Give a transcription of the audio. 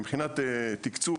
מבחינת תקצוב,